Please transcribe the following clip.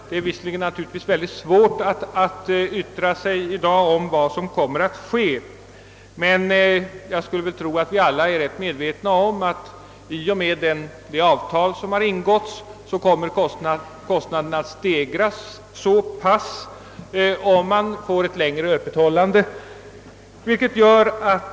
Det är naturligtvis svårt att i dag yttra sig om vad som kommer att hända. Jag skulle tro att vi alla är medvetna om att kostnaderna kommer att stiga om man får ett längre öppethållande.